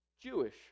Jewish